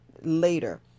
later